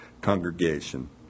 congregation